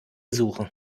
suchen